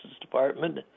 Department